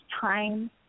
time